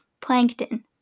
plankton